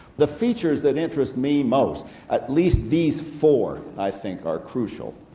the features that interest me most at least these four i think are crucial.